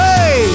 Hey